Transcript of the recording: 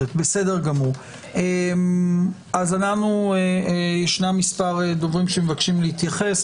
יש מספר דוברים שמבקשים להתייחס.